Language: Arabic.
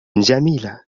جميلة